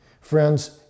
Friends